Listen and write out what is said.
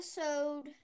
episode